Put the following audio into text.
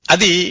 Adi